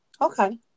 Okay